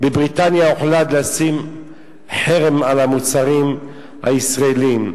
בבריטניה הוחלט לשים חרם על המוצרים הישראליים.